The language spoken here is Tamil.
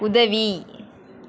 உதவி